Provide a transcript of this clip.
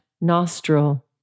nostril